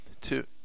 two